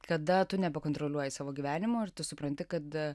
kada tu nebekontroliuoji savo gyvenimo ir tu supranti kad